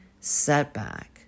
setback